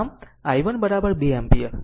આમ i1 2 ampere